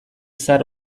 zahar